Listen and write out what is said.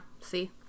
see